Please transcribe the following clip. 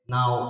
Now